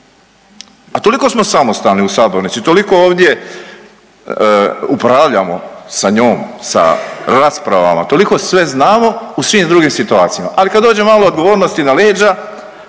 A toliko smo samostalni u sabornici, toliko ovdje upravljamo sa njom, sa raspravama, toliko sve znamo u svim drugim situacijama, ali kad dođe malo odgovornosti na leđa